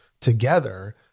together